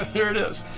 ah here it is.